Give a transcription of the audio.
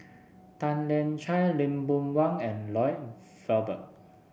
Tan Lian Chye Lee Boon Wang and Lloyd Valberg